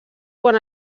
quan